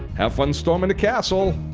have fun storming the castle.